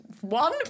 One